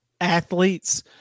athletes